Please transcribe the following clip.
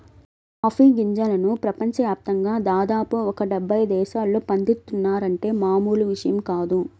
coffee గింజలను ప్రపంచ యాప్తంగా దాదాపు ఒక డెబ్బై దేశాల్లో పండిత్తున్నారంటే మామూలు విషయం కాదు